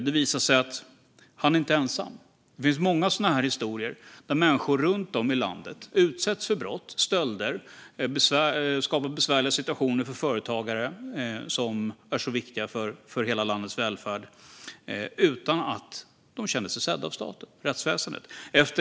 Det visade sig att han inte var ensam, utan det finns många sådana här i historier om människor runt om i landet som utsätts för brott och stölder. Det skapar besvärliga situationer för företagare som är så viktiga för hela landets välfärd, och de känner sig inte sedda av staten och rättsväsendet.